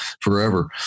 forever